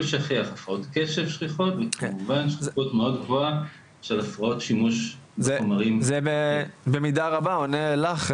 הפרעות קשב ושכיחות גבוהה של שימוש בחומרים זה במידה רבה עונה לך,